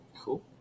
Cool